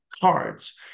cards